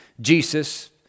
Jesus